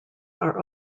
are